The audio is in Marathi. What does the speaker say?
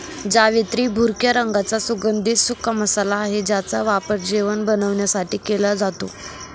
जावेत्री भुरक्या रंगाचा सुगंधित सुका मसाला आहे ज्याचा वापर जेवण बनवण्यासाठी केला जातो